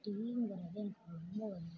டீங்கிறது எனக்கு ரொம்ப ஒரு முக்கியமான சாப்பா